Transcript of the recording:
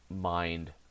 mind